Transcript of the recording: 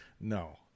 No